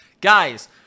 Guys